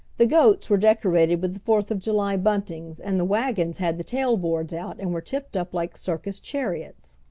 the goats were decorated with the fourth of july buntings and the wagons had the tailboards out and were tipped up like circus chariots.